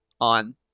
on